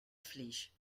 flix